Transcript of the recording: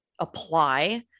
apply